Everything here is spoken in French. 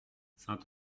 saint